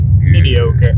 mediocre